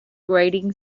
grating